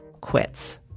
quits